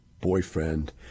boyfriend